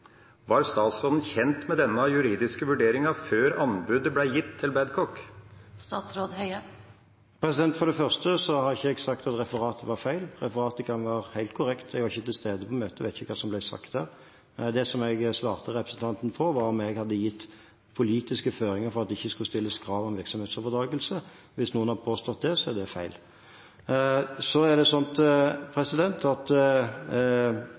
Var statsråden kjent med denne juridiske vurderingen før anbudet ble gitt til Babcock? For det første har ikke jeg sagt at referatet er feil. Referatet kan være helt korrekt – jeg var ikke til stede på møtet og vet ikke hva som ble sagt der. Det jeg svarte representanten Lundteigen på, var om jeg hadde gitt politiske føringer for at det ikke skulle stilles krav om virksomhetsoverdragelse. Hvis noen har påstått det, så er det feil. Så er det sånn at